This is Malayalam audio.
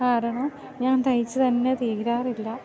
കാരണം ഞാൻ തയ്ച്ച്തന്നെ തീരാറില്ല